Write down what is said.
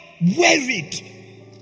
wearied